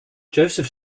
joseph